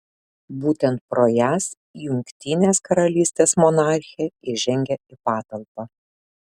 būtent pro jas jungtinės karalystės monarchė įžengia į patalpą